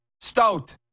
Stout